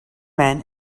men